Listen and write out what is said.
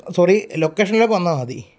sorry ലൊക്കേഷനിലേക്ക് വന്നാൽ മതി